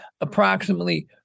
approximately